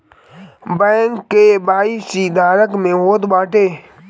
bank KYC Aadhaar से होत बाटे